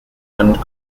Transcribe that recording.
and